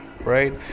right